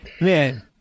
man